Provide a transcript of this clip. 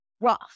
rough